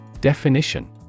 Definition